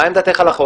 מה עמדתך על החוק?